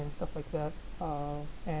and stuff like that uh and